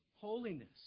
Holiness